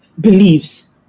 believes